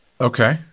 Okay